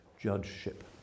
judgeship